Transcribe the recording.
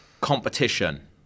Competition